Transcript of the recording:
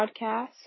podcast